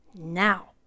now